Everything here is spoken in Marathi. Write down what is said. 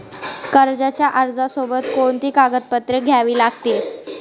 कर्जाच्या अर्जासोबत कोणती कागदपत्रे द्यावी लागतील?